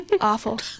Awful